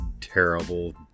terrible